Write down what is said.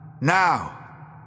Now